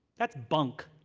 that's bunk.